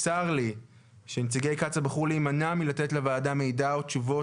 צר לי שנציגי קצא"א בחרו להימנע מלתת לוועדה מידע או תשובות